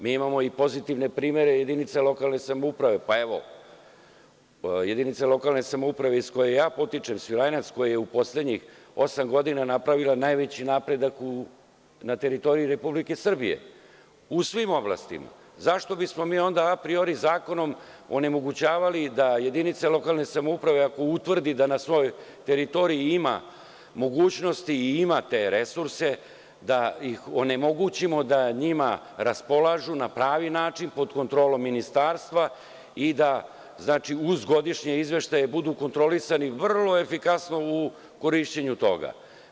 Mi imamo i pozitivne primere jedinice lokalne samouprave, pa evo, jedinice lokalne samouprave iz koje ja potičem, Svilajnac, koja je u poslednjih osam godina napravila najveći napredak na teritoriji Republike Srbije u svim oblastima, zašto bismo onda mi apriori zakonom onemogućavali da jedinice lokalne samouprave, ako utvrdi da na svojoj teritoriji ima mogućnosti i ima te resurse, da ih onemogućimo da njima raspolažu na pravi način, pod kontrolom ministarstva i da uz godišnje izveštaje budu kontrolisani vrlo efikasno u korišćenju toga.